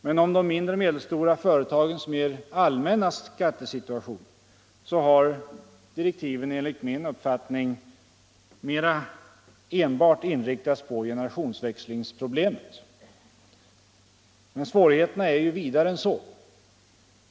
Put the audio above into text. Men beträffande de mindre och medelstora företagens mer allmänna skattesituation har tilläggsdirektiven enligt min uppfattning enbart inriktats på generationsväxlingsproblemet. Svårigheterna är emellertid vidare än så.